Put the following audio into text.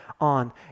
on